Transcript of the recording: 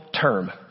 term